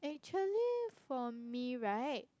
actually for me right